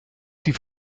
sie